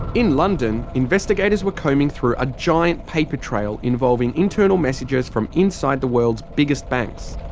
in london, investigators were combing through a giant paper trail involving internal messages from inside the world's biggest banks.